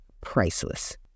priceless